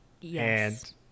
yes